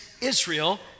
Israel